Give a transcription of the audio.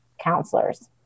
counselors